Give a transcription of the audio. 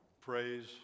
Praise